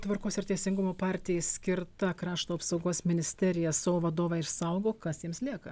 tvarkos ir teisingumo partijai skirta krašto apsaugos ministerija savo vadovą išsaugo kas jiems lieka